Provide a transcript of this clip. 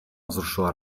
wzruszyła